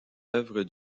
œuvre